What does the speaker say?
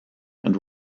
and